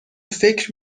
فکر